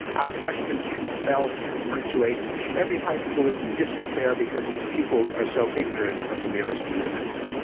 our freshmen can't spell, can't punctuate every high school is in disrepair because its pupils are so ignorant of the merest rudiments.